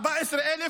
עם 14,000?